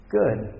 good